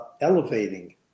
elevating